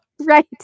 Right